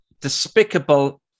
despicable